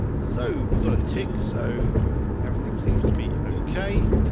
so we've got a tick, so everything seems to be okay.